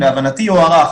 להבנתי הוא הוארך,